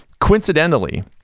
Coincidentally